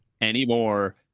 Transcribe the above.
anymore